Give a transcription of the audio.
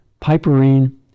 piperine